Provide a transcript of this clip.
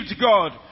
God